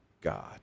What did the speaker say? God